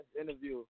interview